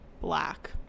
black